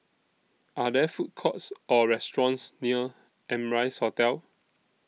Are There Food Courts Or restaurants near Amrise Hotel